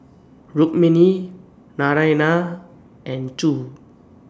Rukmini Naraina and Choor